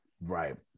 right